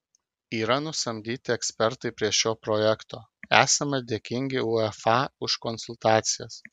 yra nusamdyti ekspertai prie šio projekto esame dėkingi uefa už konsultacijas